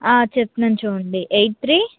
ఆ చెప్తున్నాను చూడండి ఎయిట్ త్రీ